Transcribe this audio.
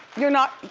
you're not?